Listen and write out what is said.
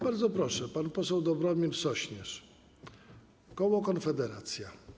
Bardzo proszę, pan poseł Dobromir Sośnierz, koło Konfederacja.